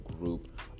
group